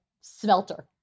Smelter